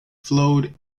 flowed